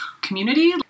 community